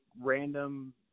random